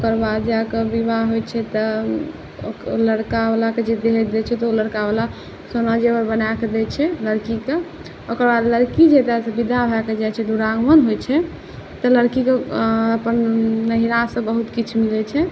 ओकर बाद जाकऽ विवाह होइ छै तऽ लड़कावलाके जे दहेज दै छै ओ लड़कावला सोना जेवर बनाकऽ दै छै लड़कीके ओकर बाद लड़की जे एतऽसँ विदा भऽ कऽ जाइ छै दुरागमन होइ छै तऽ लड़कीके अपन नैहरासँ बहुत किछु मिलै छै